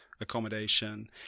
accommodation